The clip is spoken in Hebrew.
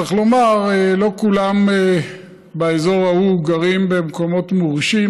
צריך לומר שלא כולם באזור ההוא גרים במקומות מורשים,